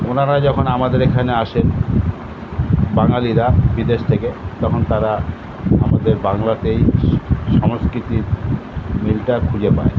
ওনারা যখন আমাদের এখানে আসেন বাঙালিরা বিদেশ থেকে তখন তারা আমাদের বাংলাতেই সংস্কৃতির মিলটা খুঁজে পায়